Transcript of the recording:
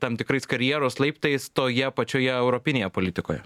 tam tikrais karjeros laiptais toje pačioje europinėje politikoje